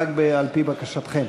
אבל רק על-פי בקשתכם.